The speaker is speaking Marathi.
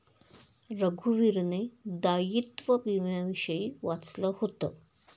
रघुवीरने दायित्व विम्याविषयी वाचलं होतं